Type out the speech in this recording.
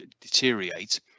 deteriorate